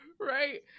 Right